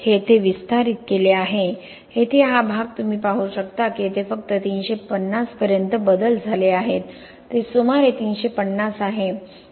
हे येथे विस्तारित केले आहे येथे हा भाग तुम्ही पाहू शकता की येथे फक्त 350 पर्यंत बदल झाले आहेत ते सुमारे 350 आहे